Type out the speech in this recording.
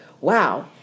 wow